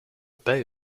bay